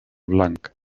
blanc